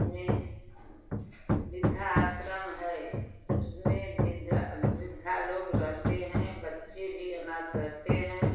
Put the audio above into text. में वृद्धा आश्रम है उसमें वृद्ध लोग रहते हैं बच्चे भी अनाथ रहते हैं